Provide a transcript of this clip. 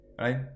right